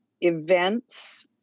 events